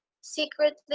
secretly